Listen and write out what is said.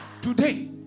Today